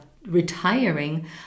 retiring